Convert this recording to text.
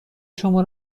شما